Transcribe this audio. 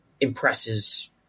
impresses